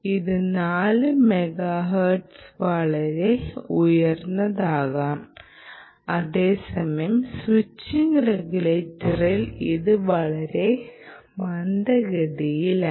ഇത് 4 മെഗാഹെർട്സ് വരെ ഉയർന്നേക്കാം അതേസമയം സ്വിച്ചിംഗ് റെഗുലേറ്ററിൽ ഇത് വളരെ മന്ദഗതിയിലാണ്